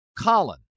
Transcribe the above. colin